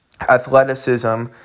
athleticism